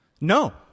No